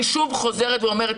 אני שוב חוזרת ואומרת,